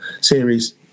series